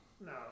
no